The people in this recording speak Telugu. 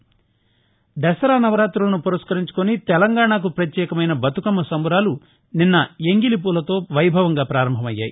కాగా దసరా నవరాతులను పురస్కరించుకుని తెలంగాణాకు ప్రత్యేకమైన బతుకమ్మ సంబురాలు నిన్న ఎంగిలి ఫూలతో వైభవంగా ప్రారంభం అయ్యాయి